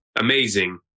amazing